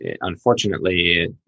unfortunately